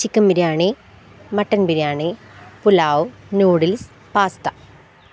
chicken biryani mutton biryani pulao noodles pasta